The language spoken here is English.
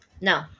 No